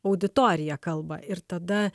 auditorija kalba ir tada